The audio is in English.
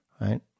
right